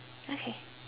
okay